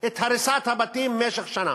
את הריסת הבתים למשך שנה.